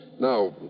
Now